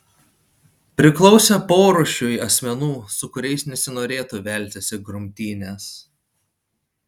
priklausė porūšiui asmenų su kuriais nesinorėtų veltis į grumtynes